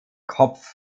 kopf